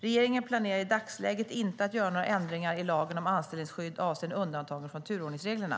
Regeringen planerar i dagsläget inte att göra några ändringar i lagen om anställningsskydd avseende undantagen från turordningsreglerna.